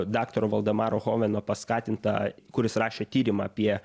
daktaro valdemaro hoveno paskatinta kuris rašė tyrimą apie